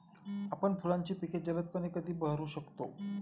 आपण फुलांची पिके जलदपणे कधी बहरू शकतो?